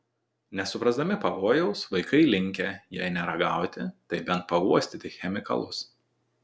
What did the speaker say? nesuprasdami pavojaus vaikai linkę jei ne ragauti tai bent pauostyti chemikalus